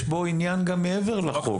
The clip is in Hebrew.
יש כאן עניין גם מעבר לחוק.